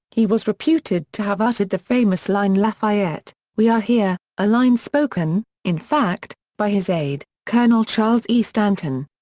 he was reputed to have uttered the famous line lafayette, we are here, a line spoken, in fact, by his aide, colonel charles e. stanton.